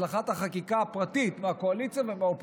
הצלחת החקיקה הפרטית מהקואליציה ומהאופוזיציה.